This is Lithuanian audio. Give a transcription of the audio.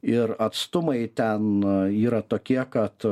ir atstumai ten yra tokie kad